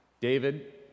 David